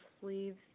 sleeves